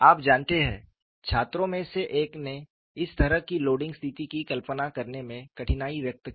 आप जानते हैं छात्रों में से एक ने इस तरह की लोडिंग स्थिति की कल्पना करने में कठिनाई व्यक्त की